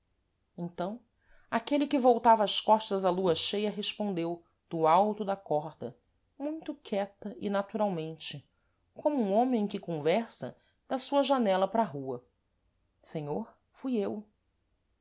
então aquele que voltava as costas à lua cheia respondeu do alto da corda muito quieta e naturalmente como um homem que conversa da sua janela para a rua senhor fui eu